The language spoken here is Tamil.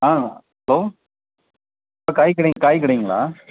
ஆ ஹலோ காய்கடை காய்கடைங்களா